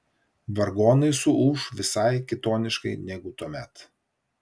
vargonai suūš visai kitoniškai negu tuomet